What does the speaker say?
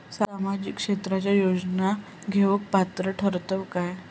सामाजिक क्षेत्राच्या योजना घेवुक पात्र ठरतव काय?